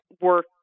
work